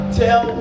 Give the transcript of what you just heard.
tell